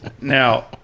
Now